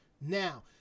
now